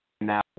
now